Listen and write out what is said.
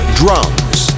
drums